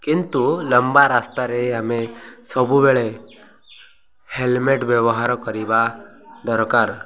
କିନ୍ତୁ ଲମ୍ବା ରାସ୍ତାରେ ଆମେ ସବୁବେଳେ ହେଲମେଟ୍ ବ୍ୟବହାର କରିବା ଦରକାର